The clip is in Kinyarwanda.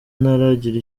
ntaragira